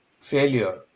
failure